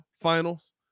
Finals